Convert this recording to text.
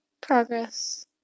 progress